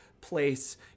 place